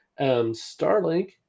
Starlink